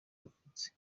yavutse